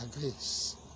grace